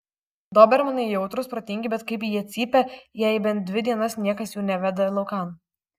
dobermanai jautrūs protingi bet kaip jie cypia jei bent dvi dienas niekas jų neveda laukan